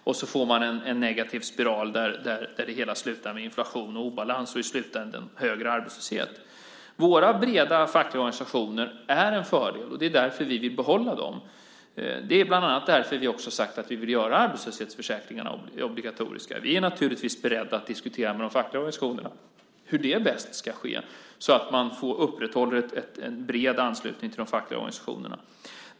Därmed får man en negativ spiral där det hela slutar med inflation och obalans och i slutändan med en högre arbetslöshet. Våra breda fackliga organisationer är en fördel. Det är därför vi vill behålla dem. Det är bland annat därför som vi också sagt att vi vill göra arbetslöshetsförsäkringen obligatorisk. Vi är naturligtvis beredda att diskutera med de fackliga organisationerna hur det bäst ska ske så att en bred anslutning till de fackliga organisationerna upprätthålls.